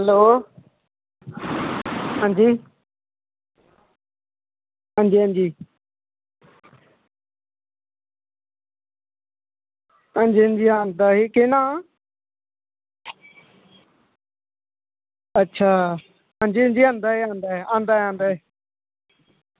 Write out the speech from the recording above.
hello हां जी हां जी हां जी हां जी हां जी इंदा केह् नांऽ अच्छा जी आंदा ऐ आंदा ऐ